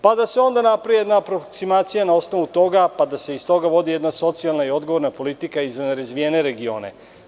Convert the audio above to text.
Pa da se onda napravi jedna aproksimacija na osnovu toga, pa da se iz toga vodi jedna socijalna i odgovorna politika i za nerazvijene regione.